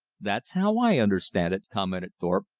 that's how i understand it, commented thorpe.